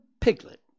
Piglet